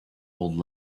old